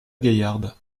gaillarde